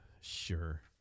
Sure